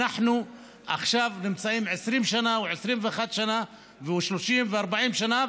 שעכשיו נמצאים 20 שנה או 21 שנה או 30 ו-40 שנה,